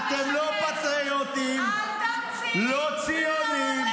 אתם לא פטריוטים, לא ציונים,